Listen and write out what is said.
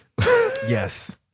yes